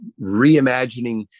reimagining